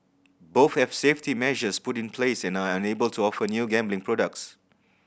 both have safety measures put in place and are unable to offer new gambling products